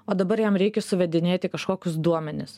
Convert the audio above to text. o dabar jam reikia suvedinėti kažkokius duomenis